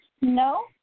No